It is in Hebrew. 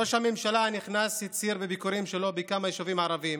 ראש הממשלה הנכנס הצהיר בביקורים שלו בכמה יישובים ערביים